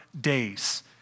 days